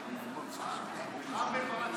רם בן ברק,